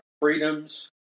freedoms